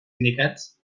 indicats